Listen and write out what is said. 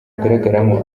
agaragaramo